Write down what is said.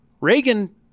Reagan